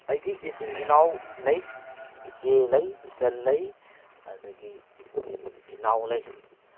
ꯑꯩꯒꯤ ꯏꯆꯤꯜ ꯏꯅꯥꯎ ꯂꯩ ꯏꯆꯦ ꯂꯩ ꯏꯆꯜ ꯂꯩ ꯑꯗꯒꯤ ꯏꯅꯥꯎ ꯂꯩ